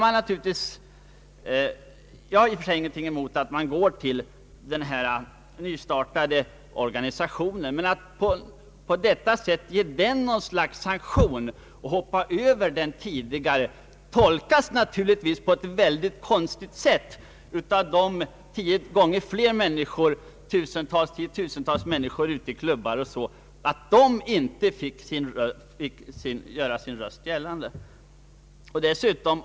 Jag har i och för sig ingenting emot att utskottet begärt remissyttrande av den rätt nystartade Allmänflygföreningen, men det tolkas naturligtvis av människor ute i flygklubbarna som någonting mycket egendomligt att man på detta sätt ville ge den nystartade organisationen något slags sanktion och hoppa över den tidigare organisationen, vilket innebar att dessa människor inte fick göra sin röst hörd.